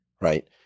right